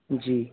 जी